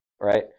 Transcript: right